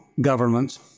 governments